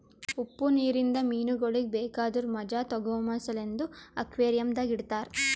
ಉಪ್ಪು ನೀರಿಂದ ಮೀನಗೊಳಿಗ್ ಬೇಕಾದುರ್ ಮಜಾ ತೋಗೋಮ ಸಲೆಂದ್ ಅಕ್ವೇರಿಯಂದಾಗ್ ಇಡತಾರ್